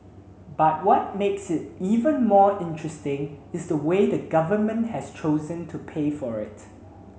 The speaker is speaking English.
but what makes it even more interesting is the way the government has chosen to pay for it